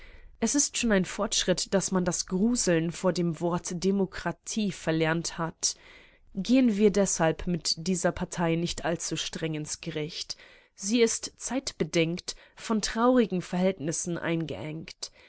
es ist schon ein fortschritt daß man das gruseln vor dem wort demokratie verlernt hat gehen wir deshalb mit dieser partei nicht allzu streng ins gericht sie ist zeitbedingt von traurigen verhältnissen eingeengt